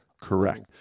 Correct